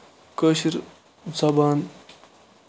کٲشِر زَبان